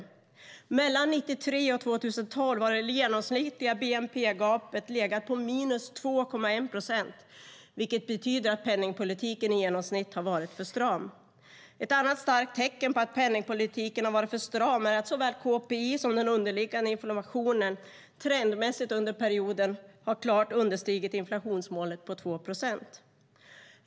Mellan 1993 och 2012 har det genomsnittliga bnp-gapet legat på 2,1 procent, vilket betyder att penningpolitiken i genomsnitt har varit för stram. Ett annat starkt tecken på att penningpolitiken har varit för stram är att såväl KPI som den underliggande inflationen trendmässigt under perioden klart har understigit inflationsmålet på 2 procent.